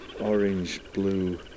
orange-blue